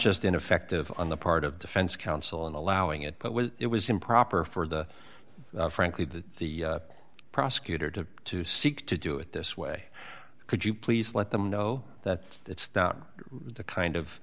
just ineffective on the part of defense counsel in allowing it but well it was improper for the frankly the the prosecutor to to seek to do it this way could you please let them know that that's the kind of